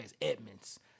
Edmonds